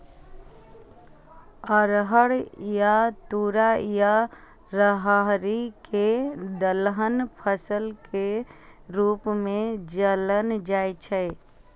अरहर या तूर या राहरि कें दलहन फसल के रूप मे जानल जाइ छै